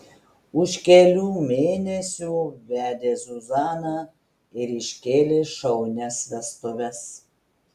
už kelių mėnesių vedė zuzaną ir iškėlė šaunias vestuves